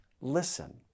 listen